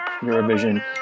Eurovision